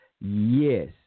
Yes